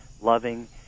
loving